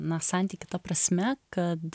na santykį ta prasme kad